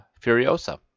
Furiosa